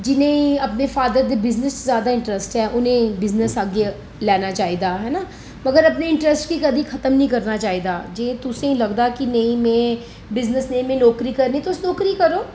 जिनेंगी अपने फादर दे बिजनेस च ज्यादा इंटरेस्ट ऐ उनेंगी बिजनेस अग्गें लैना चाहिदा है ना मगर अपने इंटरेस्ट गी कदें खत्म नेईं करना चाहिदा जे तुसेंगी लगदा कि नेईं में बिजनेस नेईं में नौकरी करनी तुस नौकरी करो